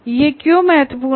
यह क्यों महत्वपूर्ण है